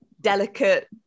delicate